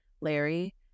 Larry